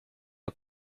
her